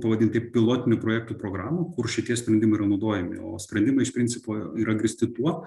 pavadinti taip pilotinių projektų programų kur šitie sprendimai yra naudojami o sprendimai iš principo yra grįsti tuo